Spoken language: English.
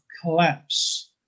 collapse